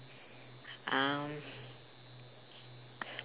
um